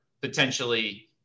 potentially